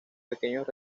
pequeños